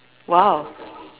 !wow!